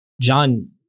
John